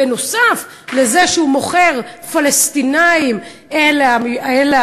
בנוסף לזה שהוא "מוכר" פלסטינים לרשות,